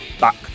back